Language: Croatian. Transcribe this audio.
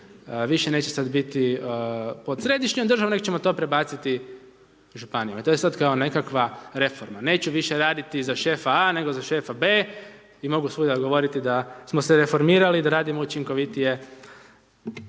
više neće sad biti pod središnjom državom nego ćemo to prebaciti županijama. I to je sad kao nekakva reforma. Neće više raditi za šefa A nego za šefa B i mogu svuda govoriti da smo se reformirali, da radimo učinkovitije.